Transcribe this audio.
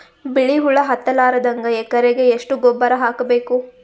ಬಿಳಿ ಹುಳ ಹತ್ತಲಾರದಂಗ ಎಕರೆಗೆ ಎಷ್ಟು ಗೊಬ್ಬರ ಹಾಕ್ ಬೇಕು?